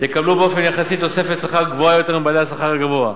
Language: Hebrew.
יקבלו באופן יחסי תוספת שכר גבוהה יותר מבעלי השכר הגבוה.